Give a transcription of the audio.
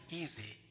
easy